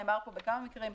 נאמר פה בכמה מקרים,